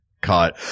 caught